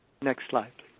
next slide,